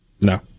No